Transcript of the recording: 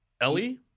Ellie